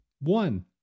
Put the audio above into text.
One